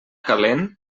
calent